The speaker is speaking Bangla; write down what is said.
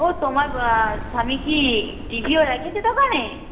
ও তোমার স্বামী কি টি ভিও রেখেছে দোকানে